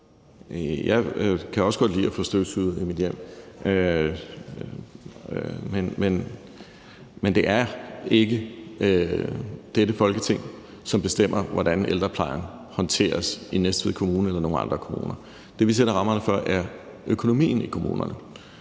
Jeg kan også godt lide at få støvsuget i mit hjem. Men det er ikke dette Folketing, som bestemmer, hvordan ældreplejen håndteres i Næstved Kommune eller nogen andre kommuner. Det, vi sætter rammerne for, er økonomien i kommunerne,